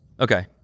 Okay